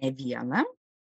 ne vieną